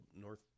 north